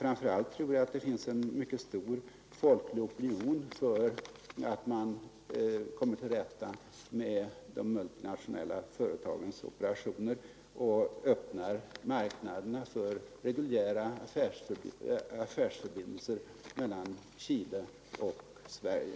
Framför allt tror jag att det finns en mycket stor folklig opinion för att göra något åt de multinationella företagens operationer och för att öppna marknaderna för störningsfria och omfattande reguljära affärsförbindelser mellan Chile och Sverige.